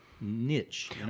niche